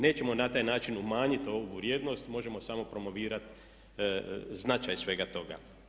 Nećemo na taj način umanjiti ovu vrijednost, možemo samo promovirati značaj svega toga.